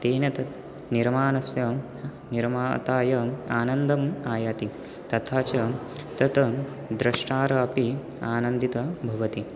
तेन तत् निर्माणस्य निर्माताय आनन्दम् आयाति तथा च तत् द्रष्टार अपि आनन्दितः भवति